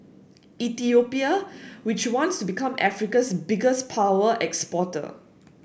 Ethiopia which wants to become Africa's biggest power exporter